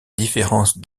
différence